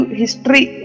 history